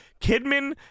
Kidman